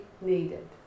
needed